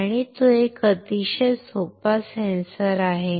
आणि तो एक अतिशय सोपा सेन्सर आहे